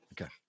Okay